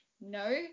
No